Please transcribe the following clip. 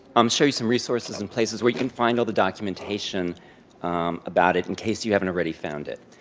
um show you some resources and places where you can find all the documentation about it, in case you haven't already found it.